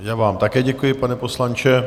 Já vám také děkuji, pane poslanče.